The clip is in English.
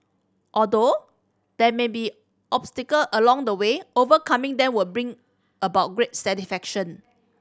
although there may be obstacle along the way overcoming them will bring about great satisfaction